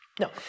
No